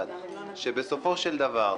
בסופו של דבר,